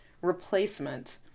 replacement